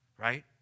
right